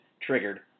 triggered